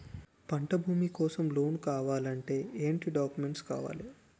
పంట భూమి కోసం లోన్ కావాలి అంటే ఏంటి డాక్యుమెంట్స్ ఉండాలి?